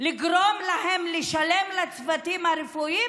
לגרום להם לשלם לצוותים הרפואיים?